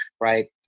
right